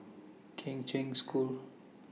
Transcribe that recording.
Kheng Cheng School